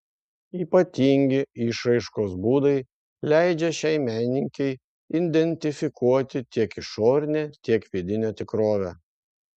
ypatingi išraiškos būdai leidžia šiai menininkei identifikuoti tiek išorinę tiek vidinę tikrovę